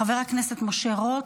חבר הכנסת משה רוט,